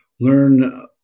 learn